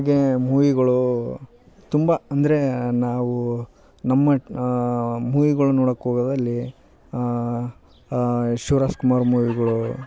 ಹಾಗೇ ಮೂವಿಗಳು ತುಂಬ ಅಂದರೆ ನಾವು ನಮ್ಮ ಮೂವಿಗಳು ನೋಡೋಕ್ಕೆ ಹೋಗೋದ್ರಲ್ಲಿ ಶಿವ ರಾಜ್ಕುಮಾರ್ ಮೂವಿಗಳು